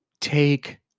Take